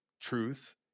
truth